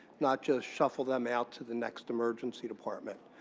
not just shuffle them out to the next emergency department.